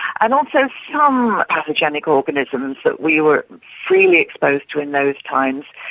and also some um pathogenic organisms that we were freely exposed to in those times,